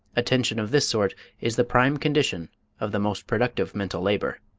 attention of this sort is the prime condition of the most productive mental labor.